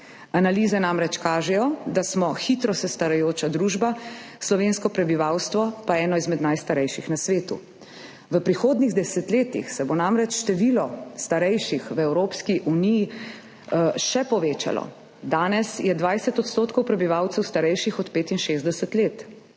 Analize namreč kažejo, da smo hitro starajoča se družba, slovensko prebivalstvo pa eno izmed najstarejših na svetu. V prihodnjih desetletjih se bo namreč število starejših v Evropski uniji še povečalo. Danes je 20 % prebivalcev starejših od 65 let,